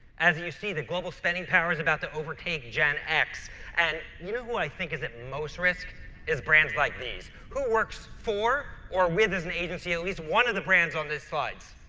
as you you see, the global spending power is about to overtake gen x and you know who i think is at most risk is brands like these. who works for or with as an agency at least one of the brands on this slide?